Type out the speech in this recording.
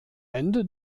ende